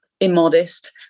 immodest